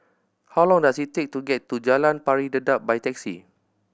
how long does it take to get to Jalan Pari Dedap by taxi